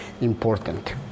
important